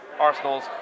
Arsenal's